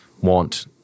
want